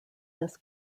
this